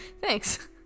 Thanks